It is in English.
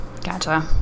Gotcha